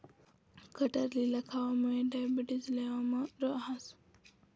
कटिरला खावामुये डायबेटिस लेवलमा रहास